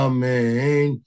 Amen